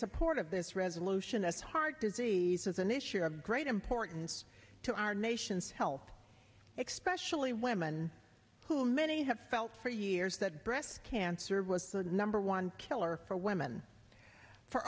support of this resolution as heart disease as an issue of great importance to our nation's health expression or women who many have felt for years that breast cancer was the number one killer for women for